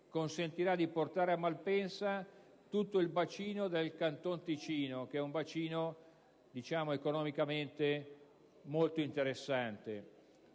consentirà di portare a Malpensa tutto il bacino del Canton Ticino, che è economicamente molto interessante.